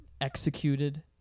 executed